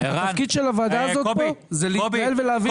התפקיד של הוועדה הזאת פה זה להתנהל ולהבין.